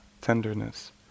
tenderness